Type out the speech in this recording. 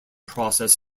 process